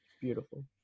beautiful